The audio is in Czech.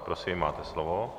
Prosím, máte slovo.